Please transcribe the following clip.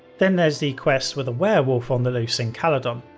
then there's the quest with a werewolf on the loose in caladon.